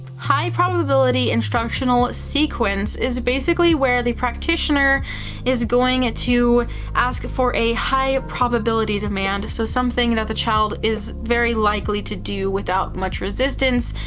high probability instructional sequence is basically where the practitioner is going to ask for a high probability demand, so something that the child is very likely to do without much resistance,